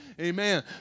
Amen